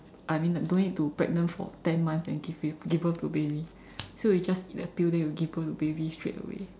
I mean like don't need to pregnant for ten months and give you give birth to a baby so you just eat a pill then you give birth to baby straight away